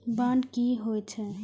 Bond की होई छै?